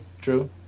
true